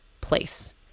place